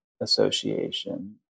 association